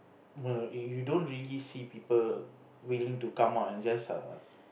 err if you don't really see people willing to come out and just err